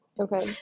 Okay